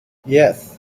yes